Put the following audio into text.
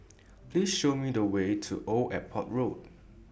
Please Show Me The Way to Old Airport Road